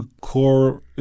core